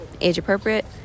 age-appropriate